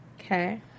Okay